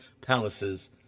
palaces